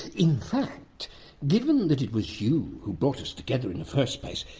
in given that it was you who brought us together in the first place,